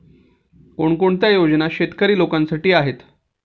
कोणकोणत्या योजना शेतकरी लोकांसाठी आहेत?